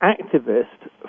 activist